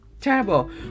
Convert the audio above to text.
terrible